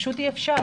פשוט אי אפשר.